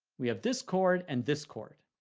we have this chord and this chord.